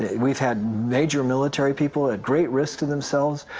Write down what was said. we've had major military people, at great risk to themselves,